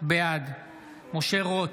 בעד משה רוט,